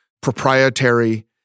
proprietary